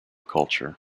culture